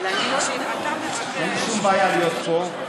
אין לי שום בעיה להיות פה.